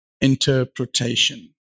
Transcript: interpretation